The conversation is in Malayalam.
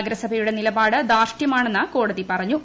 നഗരസഭയുടെ നിലപാട് ദാർഷ്ട്യമാണെന്ന് കോടതി പറഞ്ഞു